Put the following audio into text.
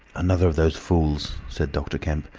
another of those fools, said dr. kemp.